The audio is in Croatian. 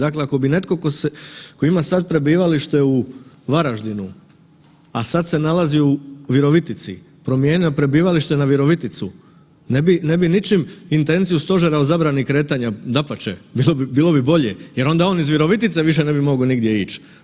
Dakle ako bi netko tko ima sad prebivalište u Varaždinu, a sad se nalazi u Virovitici promijenio prebivalište na Viroviticu ne bi ničim intenciju stožera o zabrani kretanja, dapače, bilo bi bolje jer on iz Virovitice više ne bi mogao nigdje ić.